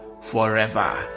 forever